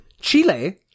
Chile